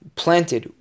planted